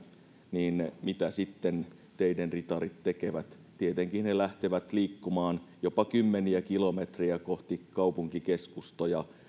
niin mitä sitten teiden ritarit tekevät tietenkin he lähtevät liikkumaan jopa kymmeniä kilometrejä kohti kaupunkikeskustoja